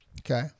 Okay